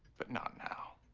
but not now.